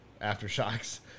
Aftershocks